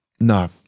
No